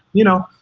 you know,